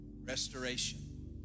restoration